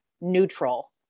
neutral